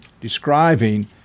describing